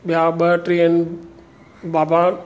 ॿिया ॿ टे आहिनि बाबा